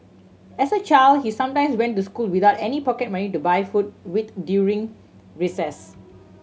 as a child he sometimes went to school without any pocket money to buy food with during recess